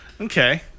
Okay